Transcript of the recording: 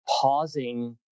pausing